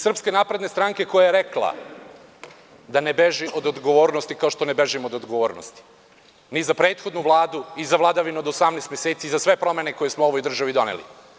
Srpska napredna stranka koja je rekla da ne beži od odgovornosti, kao što ne bežim od odgovornosti, ni za prethodnu Vladu i za vladavinu od 18 mesecii za sve promene koje smo ovoj državi doneli.